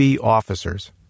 Officers